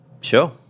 sure